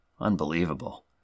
Unbelievable